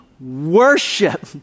worship